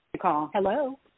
Hello